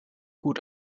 gut